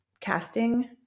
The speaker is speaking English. casting